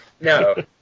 No